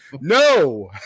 no